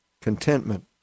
Contentment